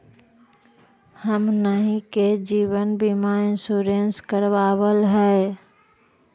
हमनहि के जिवन बिमा इंश्योरेंस करावल है?